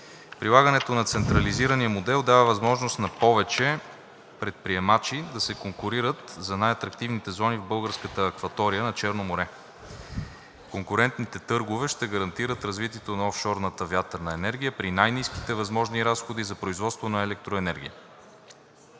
Прилагането на централизирания модел дава възможност на повече предприемачи да се конкурират за най-атрактивните зони в българската акватория на Черно море. Конкурентните търгове ще гарантират развитието на офшорната вятърна енергия при най-ниските възможни разходи за производство на електроенергия.